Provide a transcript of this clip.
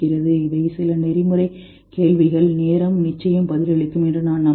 இவை சில நெறிமுறை கேள்விகள் நேரம் நிச்சயம் பதிலளிக்கும் என்று நான் நம்புகிறேன்